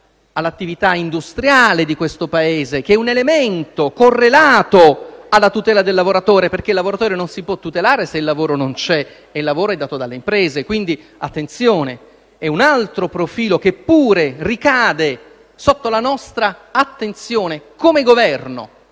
all'attività industriale di questo Paese, che è un elemento correlato alla tutela del lavoratore, perché il lavoratore non si può tutelare se il lavoro non c'è; e il lavoro è dato dalle imprese. Quindi, attenzione, è un altro profilo che pure ricade sotto la nostra attenzione, come Governo